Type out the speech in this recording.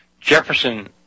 Jefferson